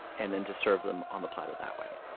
and then just serve them on the platter that way.